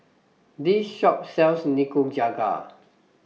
This Shop sells Nikujaga